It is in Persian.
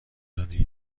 زیادی